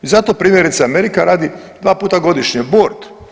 I zato primjerice Amerika radi dva puta godišnje bord.